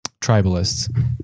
tribalists